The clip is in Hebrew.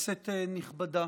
נכבדה,